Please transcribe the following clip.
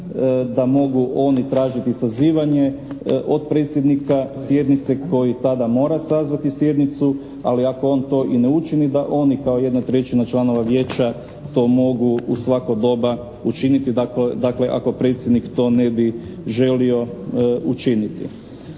da mogu oni tražiti sazivanje od predsjednika sjednice koji tada mora sazvati sjednicu ali ako on to i ne učini da oni kao 1/3 članova vijeća to mogu u svako doba učiniti, ako predsjednik to ne bi želio učiniti.